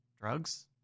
drugs